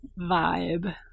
vibe